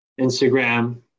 Instagram